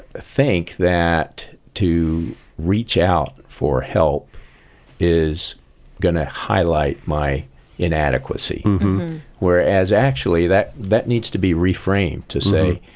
think that to reach out for help is going to highlight my inadequacy whereas, actually, that that needs to be reframed to say,